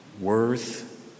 Worth